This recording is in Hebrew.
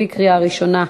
בקריאה ראשונה.